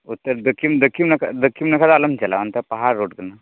ᱩᱛᱛᱚᱨ ᱫᱚᱠᱷᱤᱱ ᱫᱚᱠᱷᱤᱱ ᱱᱟᱠᱷᱟ ᱫᱚᱠᱷᱤᱱ ᱱᱟᱠᱷᱟ ᱫᱚ ᱟᱞᱚᱢ ᱪᱟᱞᱟᱜᱼᱟ ᱚᱱᱛᱮ ᱯᱟᱦᱟᱲ ᱨᱳᱰ ᱠᱟᱱᱟ